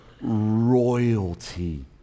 royalty